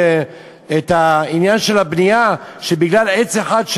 את הבנייה בגלל עץ אחד.